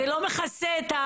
אנחנו מוכנים לפתוח חמ"ל,